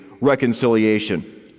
reconciliation